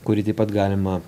kurį taip pat galima